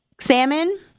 salmon